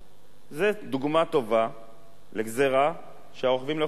זו דוגמה טובה לגזירה שהרוכבים לא יכולים לעמוד בה.